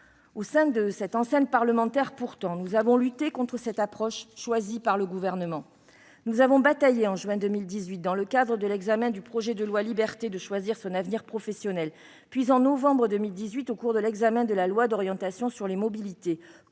Au sein de cette enceinte parlementaire, nous avons lutté contre cette approche choisie par le Gouvernement. Nous avons bataillé, en juin 2018, dans le cadre de l'examen du projet de loi pour la liberté de choisir son avenir professionnel, puis en novembre 2018 au cours de l'examen du projet de loi d'orientation des mobilités,